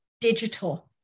digital